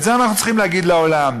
את זה אנחנו צריכים להגיד לעולם.